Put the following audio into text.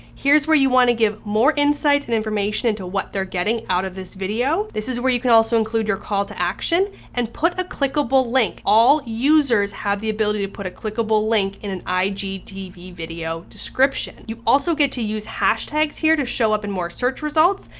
here's where you wanna give more insights and information into what they're getting out of this video. this is where you can also include your call-to-action and put a clickable link. all users have the ability to put a clickable link in an igtv video description. you also get to use hashtags here to show up in more search results,